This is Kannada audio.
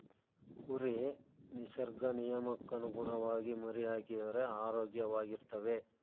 ಕುರಿ ನಿಸರ್ಗ ನಿಯಮಕ್ಕನುಗುಣವಾಗಿ ಮರಿಹಾಕಿದರೆ ಆರೋಗ್ಯವಾಗಿರ್ತವೆ